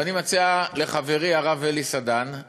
ואני מציע לחברי הרב אלי סדן,